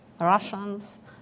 Russians